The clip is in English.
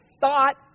thought